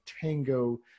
tango